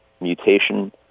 mutation